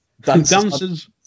dancers